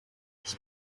ich